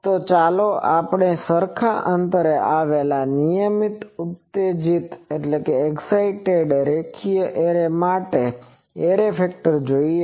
તો ચાલો આપણે સરખા અંતરે આવેલા અને નિયમિત ઉતેજીત રેખીય એરે માટે એરે ફેક્ટર જોઈએ